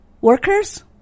workers